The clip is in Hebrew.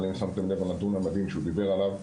אבל אם שמתם לב לנתון המדהים שהיא דיבר עליו,